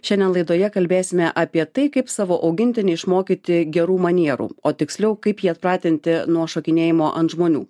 šiandien laidoje kalbėsime apie tai kaip savo augintinį išmokyti gerų manierų o tiksliau kaip jį atpratinti nuo šokinėjimo ant žmonių